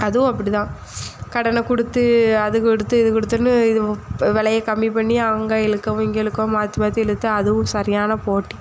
அதுவும் அப்படிதான் கடனை கொடுத்து அது கொடுத்து இது கொடுத்துன்னு இதுவும் இப்போ விலையை கம்மி பண்ணி அங்கே இழுக்கவும் இங்கே இழுக்கவும் மாற்றி மாற்றி இழுத்து அதுவும் சரியான போட்டி